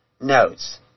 notes